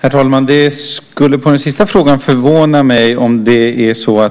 Herr talman! När det gäller den sista frågan skulle det förvåna mig om